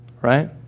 right